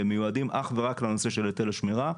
שמיועדים אך ורק לנושא של היטל שמירה.